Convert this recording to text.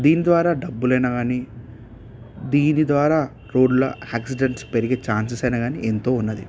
దీని ద్వారా డబ్బులు అయినా కానీ దీని ద్వారా రోడ్ల యాక్సిడెంట్స్ పెరిగే ఛాన్సెస్ అయినా కానీ ఎంతో ఉన్నది